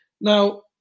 Now